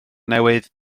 newydd